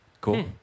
Cool